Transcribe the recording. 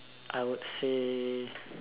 I would say